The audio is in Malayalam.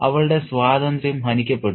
അവളുടെ സ്വാതന്ത്ര്യം ഹനിക്കപ്പെട്ടു